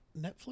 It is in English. Netflix